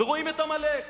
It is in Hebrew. ורואים את עמלק,